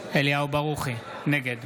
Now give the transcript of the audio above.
ברוכי, נגד